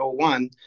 01